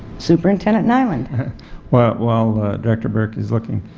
superintendent nyland while while director burke is looking,